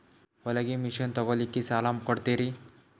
ಹೊಲಗಿ ಮಷಿನ್ ತೊಗೊಲಿಕ್ಕ ಸಾಲಾ ಕೊಡ್ತಿರಿ?